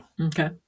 okay